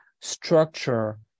structure